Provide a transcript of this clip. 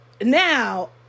now